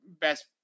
best